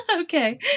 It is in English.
Okay